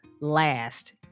last